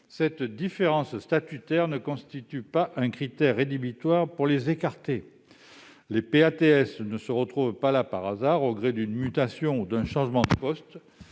cette différence statutaire ne constitue pas un critère rédhibitoire justifiant de les écarter. Les PATS ne se retrouvent pas là par hasard, au gré d'une mutation ou d'un changement de poste.